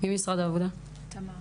תמר